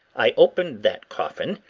i opened that coffin,